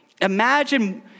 Imagine